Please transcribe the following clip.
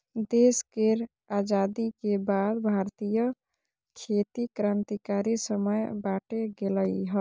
देश केर आजादी के बाद भारतीय खेती क्रांतिकारी समय बाटे गेलइ हँ